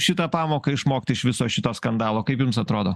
šitą pamoką išmokti iš viso šito skandalo kaip jums atrodo